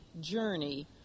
Journey